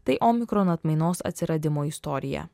tai omikron atmainos atsiradimo istorija